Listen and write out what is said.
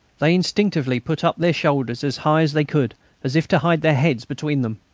they instinctively put up their shoulders as high as they could as if to hide their heads between them.